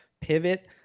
pivot